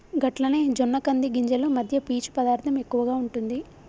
గట్లనే జొన్న కంది గింజలు మధ్య పీచు పదార్థం ఎక్కువగా ఉంటుంది